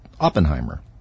Oppenheimer